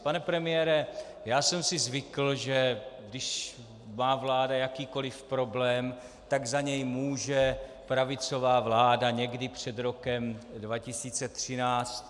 Pane premiére, já jsem si zvykl, že když má vláda jakýkoliv problém, tak za něj může pravicová vláda někdy před rokem 2013.